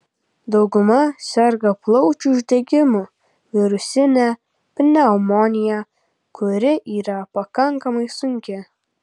dauguma serga plaučių uždegimu virusine pneumonija kuri yra pakankamai sunki